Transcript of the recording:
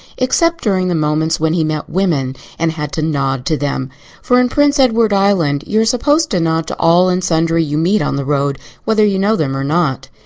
except during the moments when he met women and had to nod to them for in prince edward island you are supposed to nod to all and sundry you meet on the road whether you know them or not.